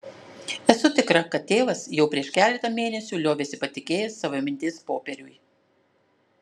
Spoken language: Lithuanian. esu tikra kad tėvas jau prieš keletą mėnesių liovėsi patikėjęs savo mintis popieriui